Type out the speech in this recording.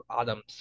atoms